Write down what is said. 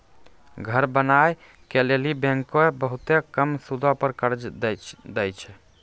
घर बनाय के लेली बैंकें बहुते कम सूदो पर कर्जा दै छै